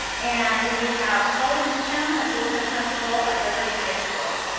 and we have holly meacham, assistant principal at liberty high school.